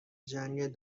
جنگ